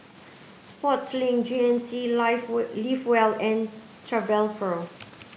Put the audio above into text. Sportslink G N C life we live well and Travelpro